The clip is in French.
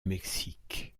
mexique